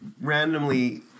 randomly